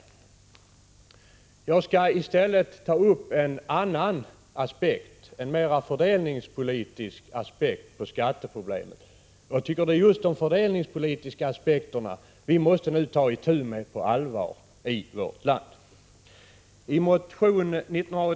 24 april 1986 Jag skall i stället ta upp en annan mera fördelningspolitisk aspekt på 6 Skattefrågor rörande skatteproblemen. Det är just de fördelningspolitiska aspekterna vi måste ta ideella fören itu med på allvar i vårt land. ideella föreningar, m.m.